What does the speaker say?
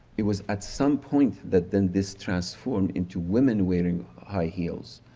it was at some point that then this transformed into women wearing high heels,